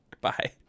Bye